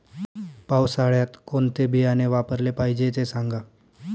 पावसाळ्यात कोणते बियाणे वापरले पाहिजे ते सांगा